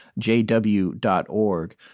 jw.org